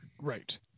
right